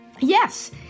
Yes